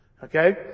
Okay